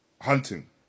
hunting